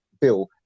bill